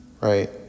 right